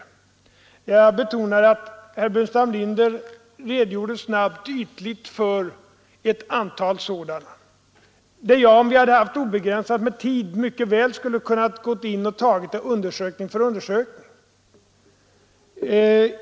Då vill jag betona att herr Burenstam Linder snabbt och ytligt redogjorde för ett antal undersökningar som jag — om vi hade haft obegränsad tid till vårt förfogande — mycket väl skulle ha kunnat gå in på undersökning för undersökning.